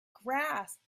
grasp